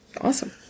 Awesome